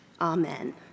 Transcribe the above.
Amen